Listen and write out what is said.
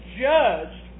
judged